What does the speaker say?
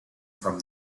from